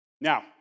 Now